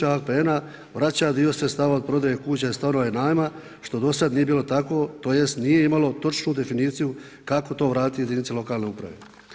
APN-a vraća dio sredstava od prodaje kuća, stanova i najma što do sada nije bilo tako tj. nije imalo točnu definiciju kako to vratiti jedinici lokalne uprave.